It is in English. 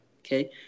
okay